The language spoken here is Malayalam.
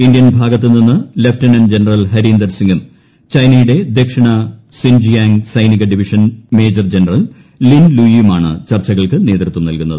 ഇന്ത്യൻ ഭാഗത്തു നിന്ന് ലഫ്റ്റനന്റ് ജനറൽ ഹരിന്ദർ സിംഗും ചൈനയുടെ ദക്ഷിണ സിൻജിയാങ് ഉൾപ്പിനിക division major general Lin Lui യുമാണ് ചർച്ചിക്ൾക്ക് നേതൃത്വം നൽകുന്നത്